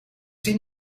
tien